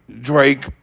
Drake